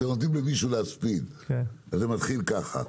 שכשלומדים ממישהו להספיד זה הולך ככה: